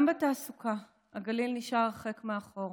גם בתעסוקה הגליל נשאר הרחק מאחור.